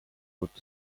would